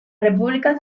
república